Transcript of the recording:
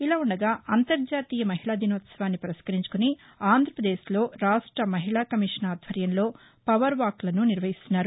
ఇలా ఉండగా అంతర్జాతీయ మహిళాదినోత్సవాన్ని పురస్కరించుకుని ఆంధ్రప్రదేశ్లో రాష్ట్ర మహిళా కమిషన్ ఆధ్వర్యంలో పవర్ వాక్లను నిర్వహిస్తున్నారు